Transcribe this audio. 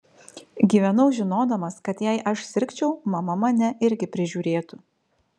gyvenau žinodamas kad jei aš sirgčiau mama mane irgi prižiūrėtų